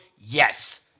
yes